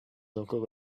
encore